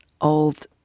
old